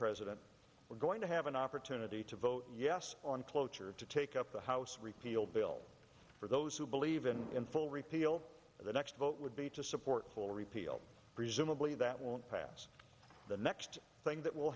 president we're going to have an opportunity to vote yes on cloture to take up the house repeal bill for those who believe in full repeal the next vote would be to support full repeal presumably that won't pass the next thing that will